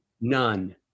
none